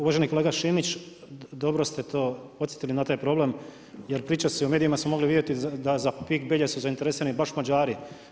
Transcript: Uvaženi kolega Šimić, dobro ste to podsjetili na taj problem jer u pričama u medijima se moglo vidjeti da za PIK Belje su zainteresirani baš Mađari.